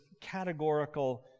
categorical